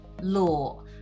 Law